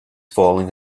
falling